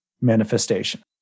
manifestation